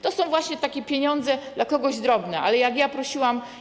To są właśnie takie pieniądze, dla kogoś drobne, ale jak prosiłam.